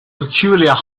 peculiar